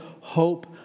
hope